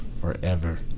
Forever